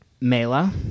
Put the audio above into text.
Mela